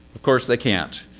of course they can't.